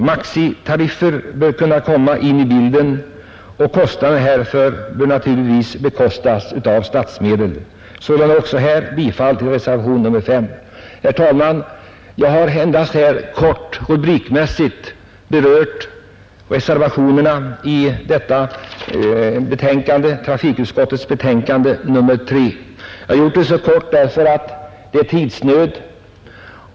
Maximitariffer bör kunna komma in i bilden, och kostnaderna härför bör naturligtvis bestridas av statsmedel. Jag yrkar sålunda även här bifall till reservationen 5. Herr talman! Jag har här endast kort och rubrikmässigt berört reservationerna i trafikutskottets betänkande nr 3. Jag har fattat mig så kort därför att det är tidsnöd.